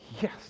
yes